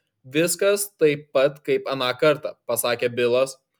viskas taip pat kaip aną kartą pasakė bilas